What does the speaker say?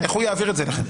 איך הוא יעביר את זה אליכם?